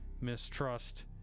mistrust